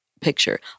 picture